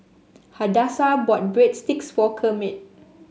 Hadassah bought Breadsticks for Kermit